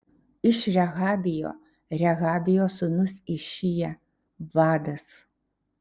iš rehabijo rehabijo sūnus išija vadas